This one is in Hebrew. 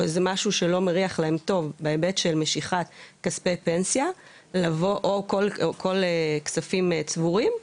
משהו שלא מריח להם טוב בהיבט של משיכת כספי פנסיה או כל כספים צבורים,